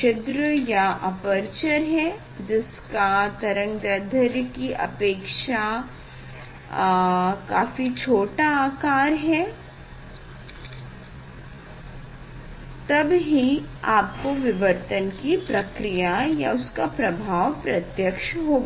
छिद्र या अपरचर है जिसका तरंगदैढ्र्य की अपेक्षा काफी छोटा है तब ही आपको विवर्तन की प्रक्रिया या उसका प्रभाव प्रत्यक्ष होगा